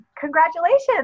congratulations